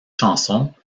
chanson